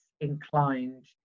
inclined